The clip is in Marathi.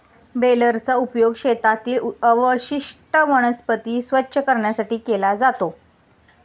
बेलरचा उपयोग शेतातील अवशिष्ट वनस्पती स्वच्छ करण्यासाठी केला जातो